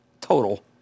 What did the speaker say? Total